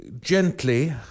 gently